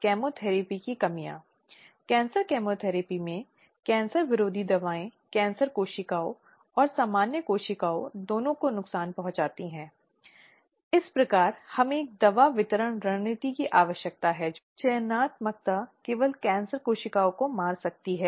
इस तरह के यौन उत्पीड़न का महिलाओं की शारीरिक और मानसिक भलाई को प्रभावित करने का प्रभाव होता है और यह कार्यस्थल पर महिलाओं के प्रदर्शन में बाधा उत्पन्न करता है